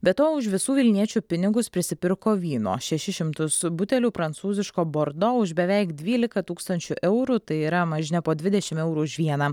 be to už visų vilniečių pinigus prisipirko vyno šešis šimtus butelių prancūziško bordo už beveik dvylika tūkstančių eurų tai yra mažne po dvidešim eurų už vieną